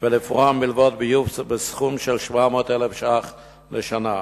ולפרוע מלוות ביוב בסכום של כ-700,000 שקלים לשנה.